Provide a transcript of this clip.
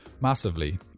Massively